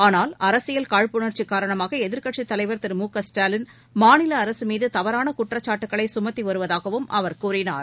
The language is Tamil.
ஆனால் அரசியல் காழ்ப்புணர்ச்சி காரணமாக எதிர்க்கட்சித் தலைவர் திரு மு க ஸ்டாலின் மாநில அரசு மீது தவறான குற்றச்சாட்டுகளை சுமத்தி வருவதாகவும் அவர் கூறினார்